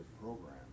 program